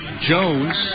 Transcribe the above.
Jones